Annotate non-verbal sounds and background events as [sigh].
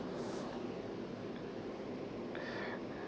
[breath]